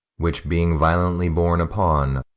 which being violently borne upon,